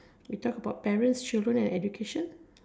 we talk about parents children and education